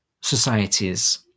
societies